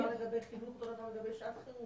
--- החינוך, מה לגבי שעת חירום?